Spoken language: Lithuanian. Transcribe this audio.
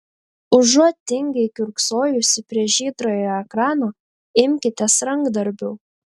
užuot tingiai kiurksojusi prie žydrojo ekrano imkitės rankdarbių